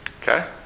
Okay